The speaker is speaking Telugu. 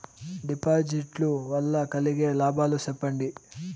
డిపాజిట్లు లు వల్ల కలిగే లాభాలు సెప్పండి?